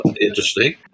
interesting